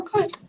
Okay